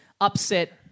upset